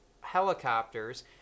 helicopters